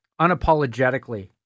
unapologetically